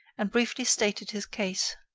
and briefly stated his case.